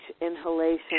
inhalation